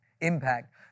impact